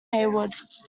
haywood